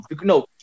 no